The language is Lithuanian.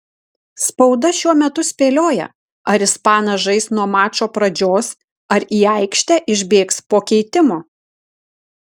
spauda šiuo metu spėlioja ar ispanas žais nuo mačo pradžios ar į aikštę išbėgs po keitimo